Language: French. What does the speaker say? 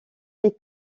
les